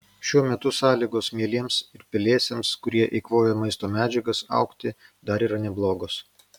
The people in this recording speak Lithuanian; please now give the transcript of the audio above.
šiuo metu sąlygos mielėms ir pelėsiams kurie eikvoja maisto medžiagas augti dar yra neblogos